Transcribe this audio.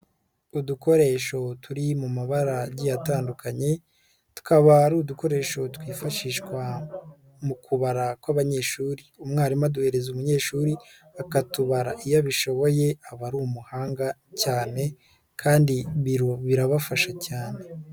Udukoresho turi mu mabara agiye atandukanye tukaba ari udukoresho twifashishwa mu kubara kw'abanyeshuri, umwarimu aduhereza umunyeshuri akatubara iyo abishoboye aba ari umuhanga cyane kandi birabafasha cyane.